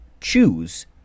choose